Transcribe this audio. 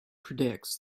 predicts